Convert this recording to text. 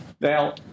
Now